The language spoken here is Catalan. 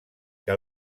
que